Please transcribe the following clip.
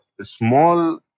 small